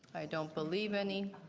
don't believe any.